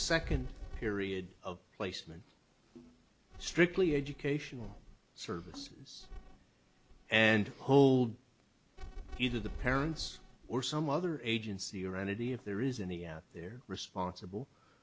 second period of placement strictly educational services and hold you to the parents or some other agency or entity if there is in the end they're responsible